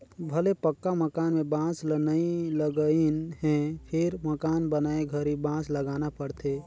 भले पक्का मकान में बांस ल नई लगईंन हे फिर मकान बनाए घरी बांस लगाना पड़थे